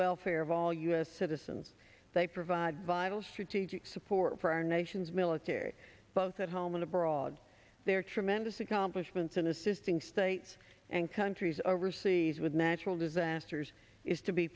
welfare of all u s citizens they provide vital strategic support for our nation's military both at home and abroad there are tremendous accomplishments in assisting states and countries overseas with natural disasters is to be